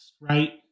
right